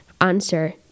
answer